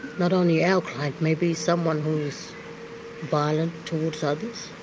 not only our clients, maybe someone who is violent towards others,